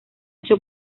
ocho